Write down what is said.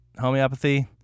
Homeopathy